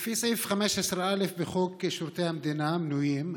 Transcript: לפי סעיף 15א בחוק שירותי המדינה (מינויים),